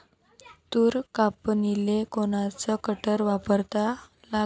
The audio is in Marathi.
तूर कापनीले कोनचं कटर वापरा लागन?